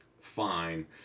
fine